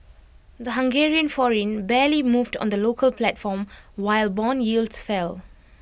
the Hungarian forint barely moved on the local platform while Bond yields fell